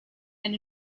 and